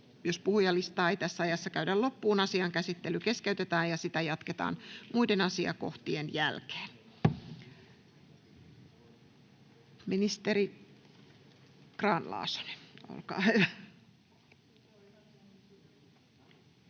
Jos puhujalistaa ei tässä ajassa käydä loppuun, asian käsittely keskeytetään ja sitä jatketaan muiden asiakohtien jälkeen. — Ministeri Grahn-Laasonen, olkaa hyvä.